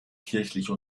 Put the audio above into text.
kirchliche